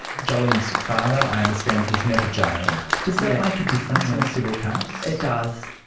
jolene's father i understand was never jailed. does that make a difference in a civil case? it does.